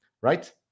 right